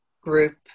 group